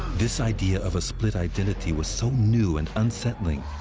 this idea of a split identity was so new and unsettling,